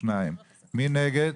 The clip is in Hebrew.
2. מי נגד?